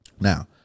now